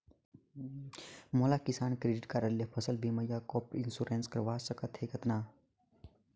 मोला किसान credit card ले फसल बीमा या क्रॉप इंश्योरेंस करवा सकथ हे कतना?